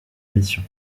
mission